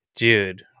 dude